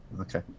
Okay